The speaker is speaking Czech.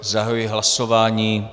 Zahajuji hlasování.